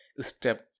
step